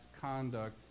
conduct